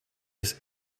his